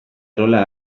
rola